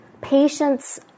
patients